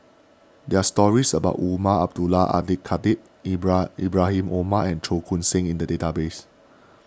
there are stories about Umar Abdullah Al Khatib Ibra Ibrahim Omar and Cheong Koon Seng in the database